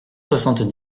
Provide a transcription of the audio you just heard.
soixante